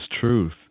truth